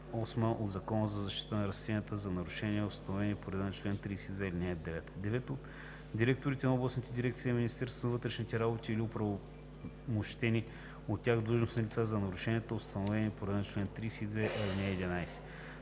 от Закона за защита на растенията – за нарушенията, установени по реда на чл. 32, ал. 9; 9. от директорите на областните дирекции на Министерството на вътрешните работи или оправомощени от тях длъжностни лица – за нарушенията, установени по реда на чл. 32, ал. 11.